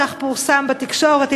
כך פורסם בתקשורת,